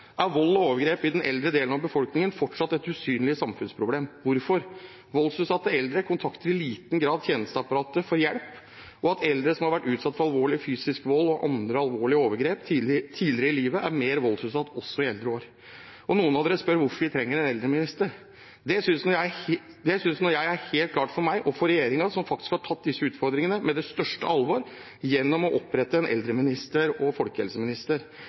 er vold og overgrep i den eldre delen av befolkningen fortsatt et usynlig samfunnsproblem. Hvorfor? Voldsutsatte eldre kontakter i liten grad tjenesteapparatet for hjelp, og eldre som har vært utsatt for alvorlig fysisk vold og andre alvorlige overgrep tidligere i livet, er også mer voldsutsatt i eldre år. Noen av dere spør hvorfor vi trenger en eldreminister. For meg er det helt klart. Regjeringen har faktisk tatt disse utfordringene på største alvor gjennom å opprette en eldre- og folkehelseminister